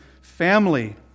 family